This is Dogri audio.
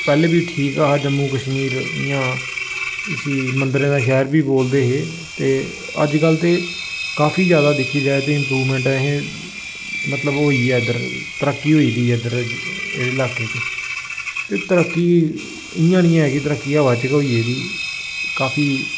पैह्लें बी ठीक गै हा जम्मू कश्मीर इ'यां इस्सी मंदरें दा शैह्र बी बोलदे हे ते अजकल्ल ते काफी जैदा दिक्खी जाए ते इम्प्रूवमैंट असें मतलब होई ऐ इद्धर तरक्की होई दी ऐ इद्धर एह्कड़े लाकें च ते तरक्की इ'यां निं है के तरक्की ब्हा च गै होई गेदी काफी